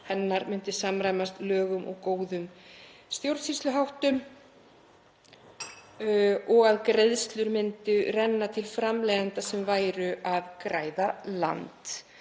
hennar myndi samræmast lögum og góðum stjórnsýsluháttum og að greiðslur myndu renna til framleiðenda sem væru að græða land.